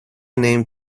named